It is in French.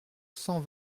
cent